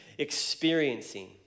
experiencing